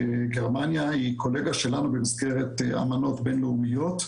גרמניה היא קולגה שלנו במסגרת אמנות בין-לאומיות,